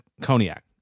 cognac